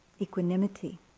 equanimity